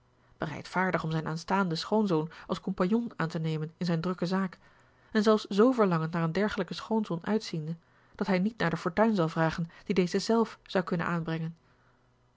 bereidvaardig om zijn aanstaanden schoonzoon als compagnon aan te nemen in zijn drukke zaak en zelfs zoo verlangend naar een dergelijken schoonzoon uitziende dat hij niet naar de fortuin zal vragen die deze zelf zou kunnen aanbrengen